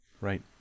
Right